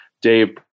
Dave